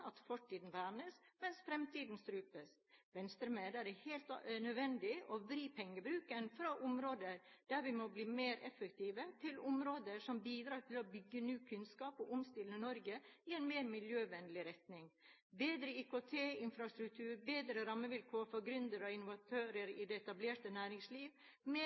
at fortiden vernes, mens fremtiden strupes. Venstre mener at det er helt nødvendig å vri pengebruken fra områder der vi må bli mer effektive, til områder som bidrar til å bygge ny kunnskap og omstille Norge i en mer miljøvennlig retning – bedre IKT-infrastruktur, bedre rammevilkår for gründere og innovatører i det etablerte næringsliv, mer